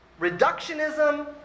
reductionism